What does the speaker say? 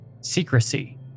secrecy